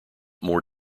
more